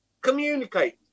Communicate